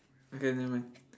okay never mind